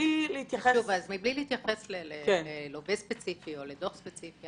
מבלי להתייחס ללווה ספציפי או לדוח ספציפי,